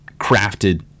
crafted